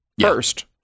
first